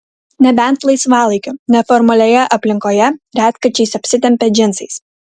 nebent laisvalaikiu neformalioje aplinkoje retkarčiais apsitempia džinsais